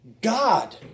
God